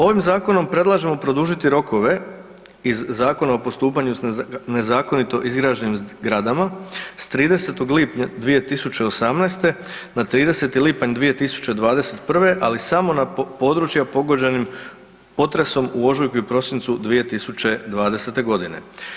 Ovim zakonom predlažemo produžiti rokove iz Zakona o postupanju sa nezakonito izgrađenim zgradama s 30. lipnja 2018. na 30. lipanj 2021. ali samo na područja pogođenim potresom u ožujku i prosincu 2020. godine.